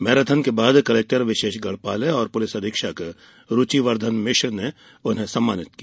marathon के बाद collector Vishesh Gadpale और पुलिस अधीक्षक रूचिवर्द्वन मिश्र ने उन्हें सम्मानित किया